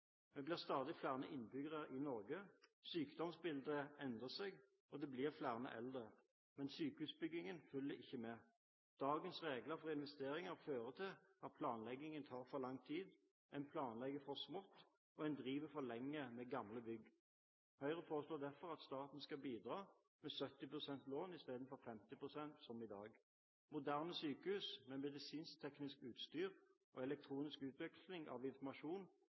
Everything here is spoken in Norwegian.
Vi blir stadig flere innbyggere i Norge. Sykdomsbildet endrer seg, og det blir flere eldre. Men sykehusbygningene følger ikke med. Dagens regler for investeringer fører til at planleggingen tar for lang tid. En planlegger for smått, og en driver for lenge med gamle bygg. Høyre foreslår derfor at staten skal bidra med 70 pst. lån istedenfor 50 pst., som i dag. Moderne sykehus med medisinsk-teknisk utstyr og elektronisk utveksling av informasjon